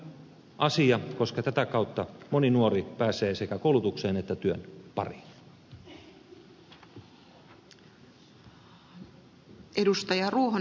se on hyvä asia koska tätä kautta moni nuori pääsee sekä koulutukseen että työn pariin